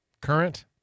Current